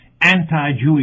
anti-Jewish